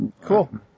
Cool